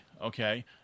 okay